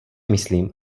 myslím